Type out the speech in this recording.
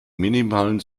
minimalen